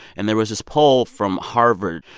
and there was this poll from harvard,